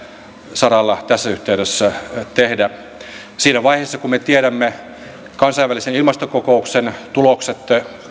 saralla tässä yhteydessä tehdä siinä vaiheessa kun me tiedämme kansainvälisen ilmastokokouksen tulokset